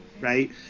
right